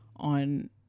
on